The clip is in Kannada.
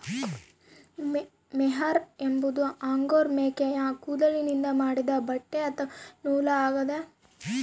ಮೊಹೇರ್ ಎಂಬುದು ಅಂಗೋರಾ ಮೇಕೆಯ ಕೂದಲಿನಿಂದ ಮಾಡಿದ ಬಟ್ಟೆ ಅಥವಾ ನೂಲು ಆಗ್ಯದ